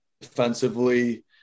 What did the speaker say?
Defensively